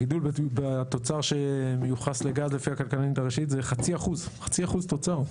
הגידול בתוצר שמיוחס לגז לפי הכלכלנית הראשית זה 0.5% תוצר.